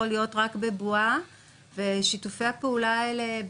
להיות רק בבועה ושיתופי הפעולה האלה,